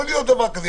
יכול להיות דבר כזה.